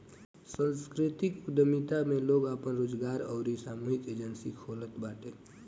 सांस्कृतिक उद्यमिता में लोग आपन रोजगार अउरी सामूहिक एजेंजी खोलत बाटे